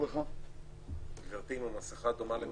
(הישיבה נפסקה בשעה